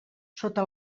sota